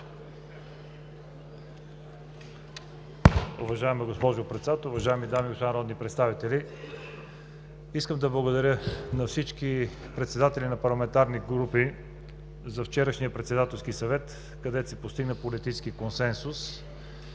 Уважаема госпожо Председател, уважаеми дами и господа народни представители! Искам да благодаря на всички председатели на парламентарни групи за вчерашния Председателски съвет, където се постигна политически консенсус